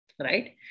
Right